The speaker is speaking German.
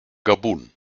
gabun